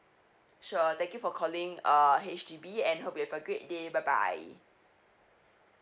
sure thank you for calling uh H_D_B and hope you have a great day bye bye